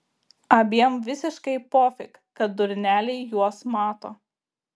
abiem visiškai pofik kad durneliai juos mato